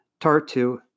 Tartu